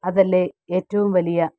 അതല്ലേ ഏറ്റവും വലിയ